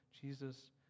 Jesus